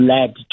led